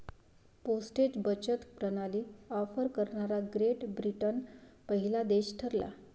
postage बचत प्रणाली offer करणारा ग्रेट ब्रिटन पहिला देश ठरला